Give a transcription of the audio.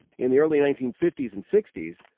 in the early nineteen fifty s and sixty s,